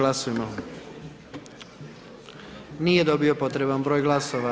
Nije dobio potreban broj glasova.